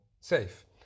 safe